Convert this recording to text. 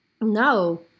no